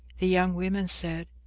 the young women said,